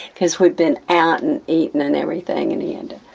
because we'd been out and eating and everything and he and